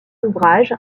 ouvrages